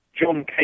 john